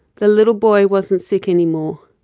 the little boy wasn't sick anymore.